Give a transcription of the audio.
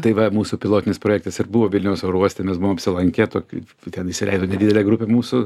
tai va mūsų pilotinis projektas ir buvo vilniaus oro uoste mes buvom apsilankę to kaip ten įsileido nedidelę grupę mūsų